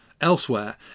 elsewhere